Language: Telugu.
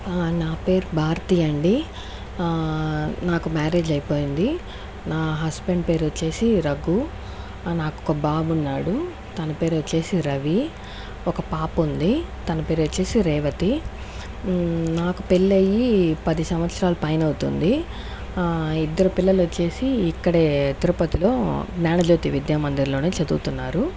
నా పేరు భారతి అండి నాకు మ్యారేజ్ అయిపోయింది నా హస్బెండ్ పేరు వచ్చేసి రఘు నాకు ఒక బాబు ఉన్నాడు తన పేరు వచ్చేసి రవి ఒక పాప ఉంది తన పేరు వచ్చేసి రేవతి నాకు పెళ్లయి పది సంవత్సరాలు పైన అవుతుంది ఇద్దరు పిల్లలు వచ్చేసి ఇక్కడే తిరుపతిలో జ్ఞాన జ్యోతి విద్యా మందిర్లోనే చదువుతున్నారు